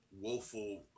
woeful